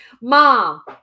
mom